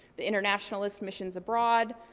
the internationalist missions abroad,